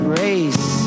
race